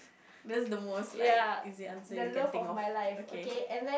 that's the most like easy answer you can think of okay